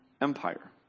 Empire